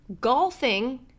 Golfing